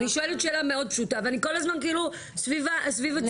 אני שואלת שאלה מאוד פשוטה ואני כל הזמן כאילו סביב עצמי.